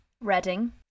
Reading